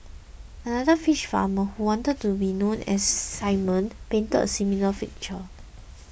another fish farmer who only wanted to be known as Simon painted a similar picture